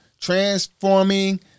transforming